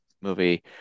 movie